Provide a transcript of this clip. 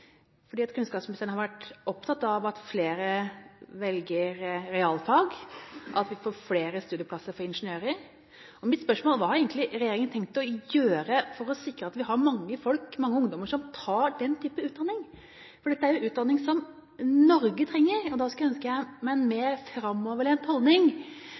kunnskapsministeren har vært opptatt av at flere velger realfag, at vi får flere studieplasser for ingeniører. Mitt spørsmål var egentlig: Hva har regjeringa tenkt å gjøre for å sikre at vi har mange ungdommer som tar den typen utdanning, for dette er en utdanning som Norge trenger? Da kunne jeg ønske meg en mer framoverlent holdning